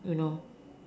you know